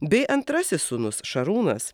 bei antrasis sūnus šarūnas